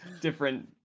different